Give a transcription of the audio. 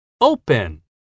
open